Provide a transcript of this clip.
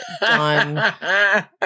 Done